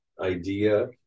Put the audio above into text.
idea